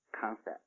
concept